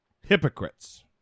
Hypocrites